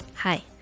Hi